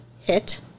hit